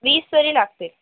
वीस तरी लागतील